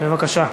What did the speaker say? בבקשה.